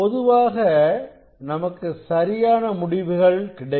பொதுவாக நமக்கு சரியான முடிவுகள் கிடைக்கும்